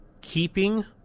keeping